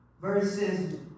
verses